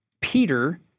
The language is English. Peter